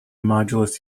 modulus